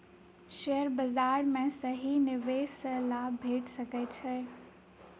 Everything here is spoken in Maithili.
शेयर बाजार में सही निवेश सॅ लाभ भेट सकै छै